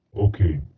Okay